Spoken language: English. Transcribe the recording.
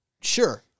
sure